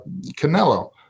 Canelo